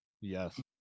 yes